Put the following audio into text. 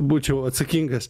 būčiau atsakingas